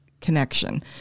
connection